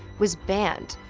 was banned.